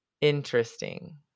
interesting